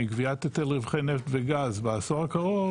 מגביית היטל רווחי נפט וגז בעשור הקרוב